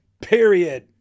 period